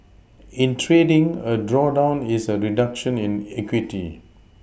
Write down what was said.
in trading a drawdown is a reduction in equity